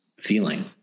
feeling